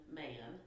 man